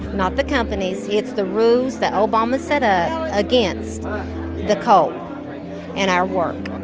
not the companies. it's the rules that obama set up against the coal and our work